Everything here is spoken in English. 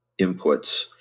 inputs